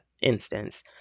instance